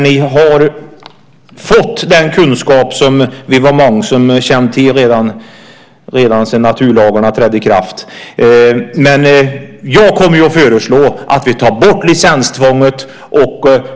Ni har ju fått den kunskap som många av oss haft ända sedan naturlagarna trädde i kraft. Jag kommer att föreslå att vi tar bort licenstvånget.